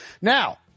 Now